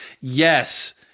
Yes